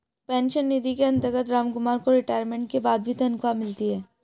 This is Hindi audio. पेंशन निधि के अंतर्गत रामकुमार को रिटायरमेंट के बाद भी तनख्वाह मिलती